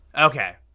okay